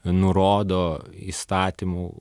nurodo įstatymu